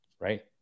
right